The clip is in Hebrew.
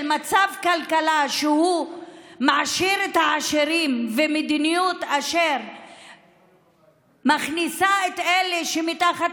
עם מצב כלכלה שמעשיר את העשירים ועם מדיניות אשר מכניסה את אלה שמתחת